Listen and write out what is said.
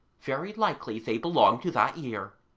very likely they belong to that year.